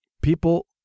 people